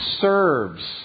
serves